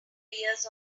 careers